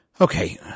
Okay